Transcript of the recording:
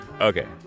Okay